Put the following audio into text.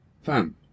fam